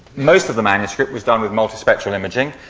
most of the manuscript was done with multi spectral imaging.